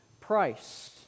price